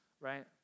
Right